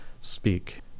speak